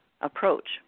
approach